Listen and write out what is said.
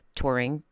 touring